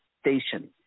station